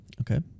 okay